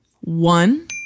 one